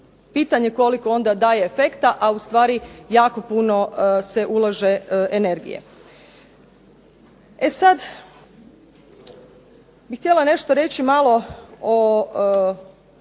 pitanje onda koliko daje efekta a ustvari jako puno se ulaže energije. E sada, bih htjela nešto reći malo o